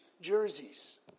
jerseys